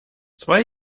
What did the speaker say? zwei